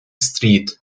street